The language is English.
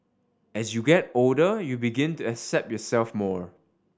as you get older you begin to accept yourself more